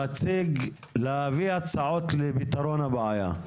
להביא הצעות לפתרון הבעיה.